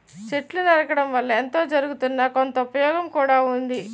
చెట్లు నరకడం వల్ల ఎంతో జరగుతున్నా, కొంత ఉపయోగం కూడా ఉంది